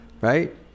right